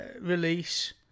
release